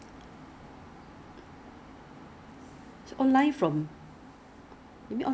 usually they will have like delivery you buy until certain amount then free delivery or you can self pick-up